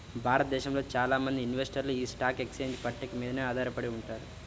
భారతదేశంలో చాలా మంది ఇన్వెస్టర్లు యీ స్టాక్ ఎక్స్చేంజ్ పట్టిక మీదనే ఆధారపడి ఉంటారు